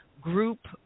group